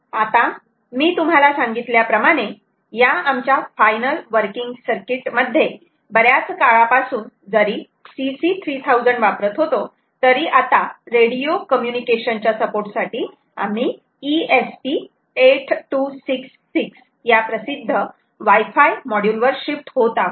आता मी तुम्हाला सांगितल्याप्रमाणे या आमच्या फायनल वर्किंग सर्किट मध्ये बऱ्याच काळापासून जरी CC 3000 वापरत होतो तरी आता रेडिओ कम्युनिकेशन च्या सपोर्ट साठी आम्ही ESP 8266 या प्रसिद्ध वाय फाय मॉड्यूल वर शिफ्ट होत आहोत